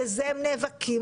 לזה הם נאבקים,